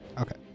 Okay